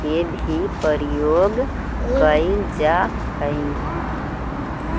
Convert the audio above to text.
के भी प्रयोग कईल जा हई